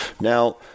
now